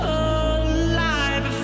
alive